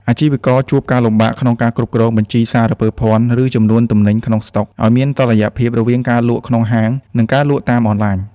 អាជីវករជួបការលំបាកក្នុងការគ្រប់គ្រងបញ្ជីសារពើភណ្ឌ ឬចំនួនទំនិញក្នុងស្តុក ឱ្យមានតុល្យភាពរវាងការលក់ក្នុងហាង និងការលក់តាមអនឡាញ។